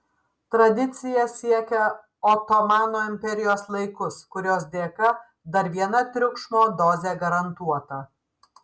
tradicija siekia otomano imperijos laikus kurios dėka dar viena triukšmo dozė garantuota